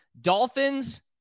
Dolphins